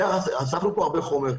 אספנו פה הרבה חומר,